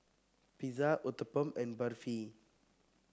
Pizza Uthapam and Barfi